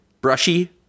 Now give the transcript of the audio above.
brushy